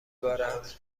بارد